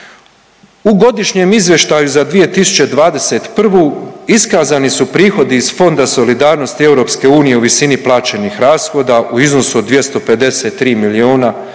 U Godišnjem izvještaju za 2021. iskazani su prihodi iz Fonda solidarnosti EU u visini plaćenih rashoda u iznosu od 253 milijuna